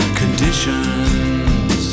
conditions